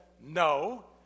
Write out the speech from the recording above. no